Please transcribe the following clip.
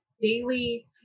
daily